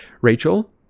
Rachel